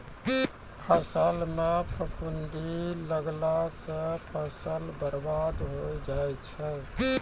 फसल म फफूंदी लगला सँ फसल बर्बाद होय जाय छै